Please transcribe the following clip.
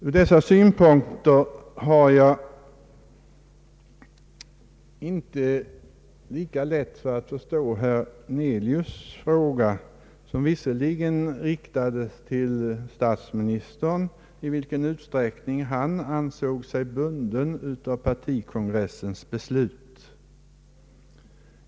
Från dessa synpunkter har jag inte lika lätt att förstå herr Hernelius” fråga till statsministern, i vilken utsträckning herr Palme ansåg sig bunden av partikongressens beslut.